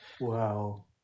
wow